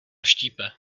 štípe